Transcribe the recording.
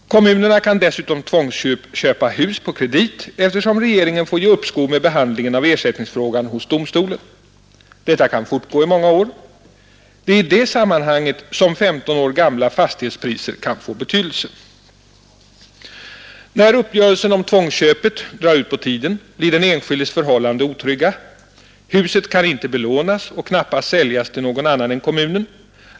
Kommunerna kan dessutom tvångsköpa hus på kredit, eftersom regeringen får ge uppskov med behandlingen av ersättningsfrågan hos domstolen. Detta kan fortgå i många år. Det är i det sammanhanget som 15 år gamla fastighetspriser kan få betydelse. När uppgörelsen om tvångsköpet drar ut på tiden, blir den enskildes förhållanden otrygga. Huset kan inte belånas och knappast säljas till någon annan än kommunen.